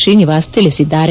ಶ್ರೀನಿವಾಸ ತಿಳಿಸಿದ್ದಾರೆ